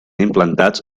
implantats